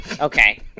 Okay